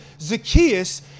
Zacchaeus